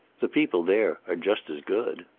the people there are just as good.